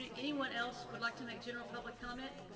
ah anyone else would like to make general public comment?